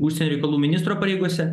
užsienio reikalų ministro pareigose